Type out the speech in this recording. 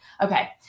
Okay